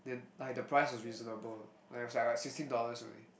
like the price was reasonable like it was like sixteen dollars only